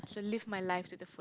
so live my life to the fullest